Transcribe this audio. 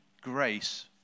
grace